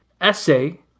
essay